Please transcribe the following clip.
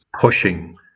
pushing